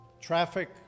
Traffic